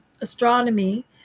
astronomy